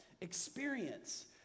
experience